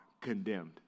condemned